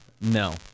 No